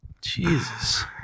Jesus